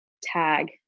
tag